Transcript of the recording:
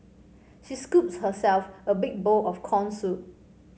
she scooped herself a big bowl of corn soup